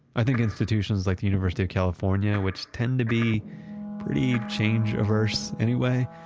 i think institutions like the university of california, which tend to be pretty change-averse anyway,